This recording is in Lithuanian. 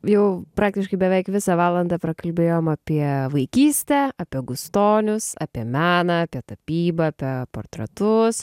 jau praktiškai beveik visą valandą prakalbėjom apie vaikystę apie gustonius apie meną apie tapybą tą portretus